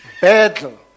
battle